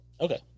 Okay